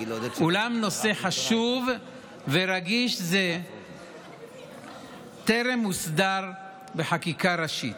אולם נושא חשוב ורגיש זה טרם הוסדר בחקיקה ראשית.